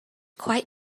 quite